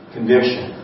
Condition